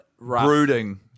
Brooding